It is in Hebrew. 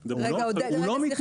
הוא לא מתנער.